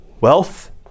Wealth